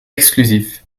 exclusif